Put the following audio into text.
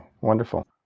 Wonderful